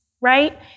right